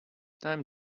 time